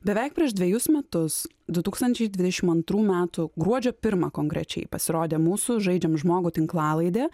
beveik prieš dvejus metus du tūkstančiai dvidešimt antrų metų gruodžio pirmą konkrečiai pasirodė mūsų žaidžiam žmogų tinklalaidė